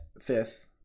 fifth